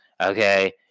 Okay